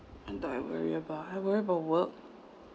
what do I worry about I worry about work